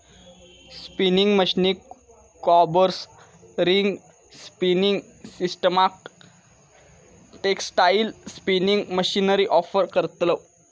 spinning मशीनीक combers, ring spinning सिस्टमाक textile spinning machinery offer करतव